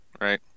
right